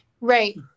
Right